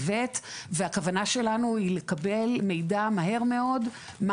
והכוונה שלנו היא לקבל מידע מהר מאוד מה